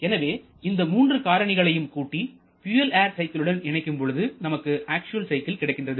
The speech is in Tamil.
எனவே இந்த மூன்று காரணிகளையும் கூட்டி பியூயல் ஏர் சைக்கிளுடன் இணைக்கும் பொழுது நமக்கு அக்சுவல் சைக்கிள் கிடைக்கிறது